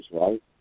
right